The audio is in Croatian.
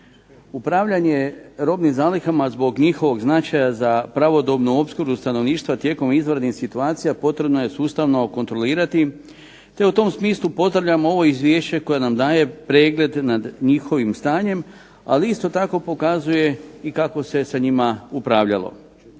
Upravljanje robnim zalihama zbog njihovog značaja za pravodobnu opskrbu stanovništva tijekom izvanrednih situacija potrebno je sustavno kontrolirati te u tom smislu pozdravljamo ovo izvješće koje nam daje pregled nad njihovim stanjem, ali isto tako pokazuje i kako se sa njima upravljalo.